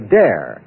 dare